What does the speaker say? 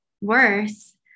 worse